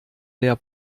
leer